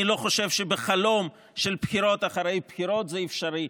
אני לא חושב שבחלום של בחירות אחרי בחירות זה אפשרי.